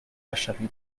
lasciarmi